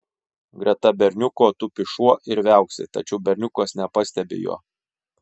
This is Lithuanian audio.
greta berniuko tupi šuo ir viauksi tačiau berniukas nepastebi jo